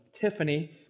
Tiffany